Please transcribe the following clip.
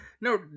No